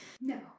no